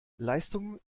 leistung